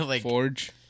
Forge